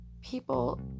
People